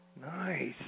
Nice